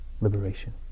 liberation